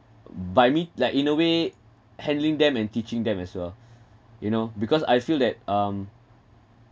by me like in a way handling them and teaching them as well you know because I feel that um